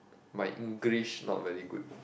my english not very good